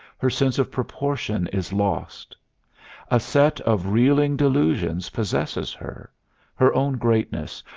her sense of proportion is lost a set of reeling delusions possesses her her own greatness,